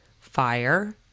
fire